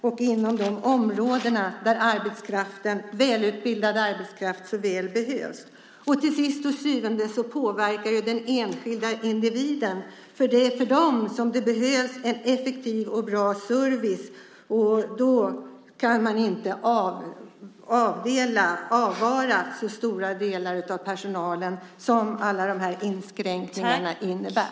Det sker på områden där välutbildad arbetskraft så väl behövs. Till syvende och sist påverkar det de enskilda individerna, eftersom det är för dem som det behövs en effektiv och bra service. Då kan man inte avvara så stora delar av personalen som alla dessa inskränkningar innebär.